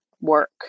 work